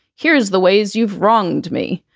here's the ways you've wronged me